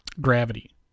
Gravity